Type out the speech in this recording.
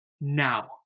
now